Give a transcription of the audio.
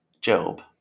Job